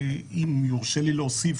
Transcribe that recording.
אם יורשה לי להוסיף,